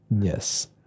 Yes